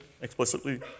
explicitly